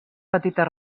petites